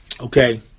Okay